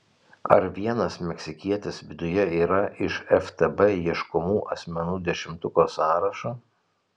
ar vienas meksikietis viduje yra iš ftb ieškomų asmenų dešimtuko sąrašo